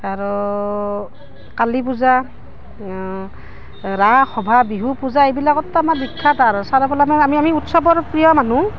আৰু কালি পূজা ৰাস সভা বিহু পূজা এইবিলাকততো আমাৰ বিখ্যাত আৰু চাৰিওফালৰপৰা আমি আমি উৎসৱৰ প্ৰিয় মানুহ